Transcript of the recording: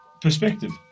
perspective